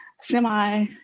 semi